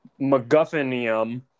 MacGuffinium